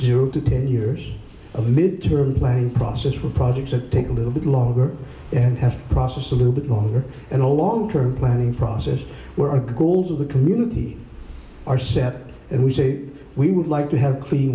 zero to ten years of mid term plane process for projects that take a little bit longer and have process a little bit longer and a long term planning process where our goals of the community are set and we say we would like to have clean